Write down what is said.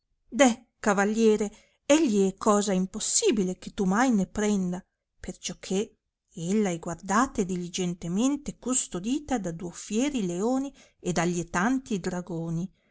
deh cavaliere egli è cosa impossibile che tu mai ne prenda perciò che ella è guardata e diligentemente custodita da duo fieri leoni ed allietanti dragoni